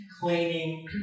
cleaning